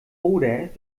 oder